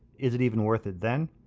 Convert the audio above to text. is it even worth it then?